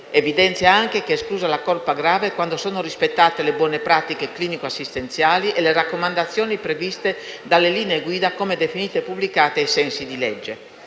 evidente che è esclusa la colpa grave quando sono rispettate le buone pratiche clinico-assistenziali e le raccomandazioni previste dalle linee guida come definite e pubblicate ai sensi di legge.